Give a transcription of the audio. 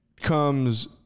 comes